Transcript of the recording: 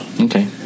Okay